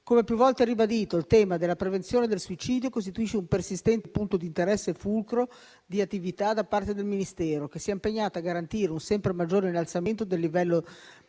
Come più volte ribadito, il tema della prevenzione del suicidio costituisce un persistente punto di interesse, fulcro di attività da parte del Ministero, che si è impegnato a garantire un sempre maggiore innalzamento del livello